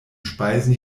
speisen